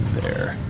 there.